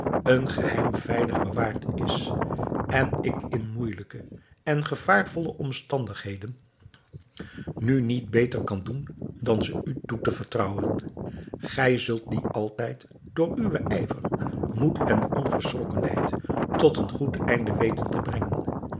een geheim veilig bewaard is en ik in moeijelijke en gevaarvolle omstandigheden nu niet beter kan doen dan ze u toe te vertrouwen gij zult die altijd door uwen ijver moed en onverschrokkenheid tot een goed einde weten te brengen